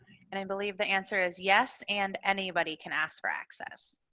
and i believe the answer is yes and anybody can ask for access.